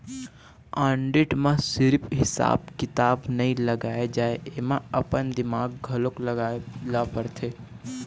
audit म सिरिफ हिसाब किताब नइ लगाए जाए एमा अपन दिमाक घलोक लगाए ल परथे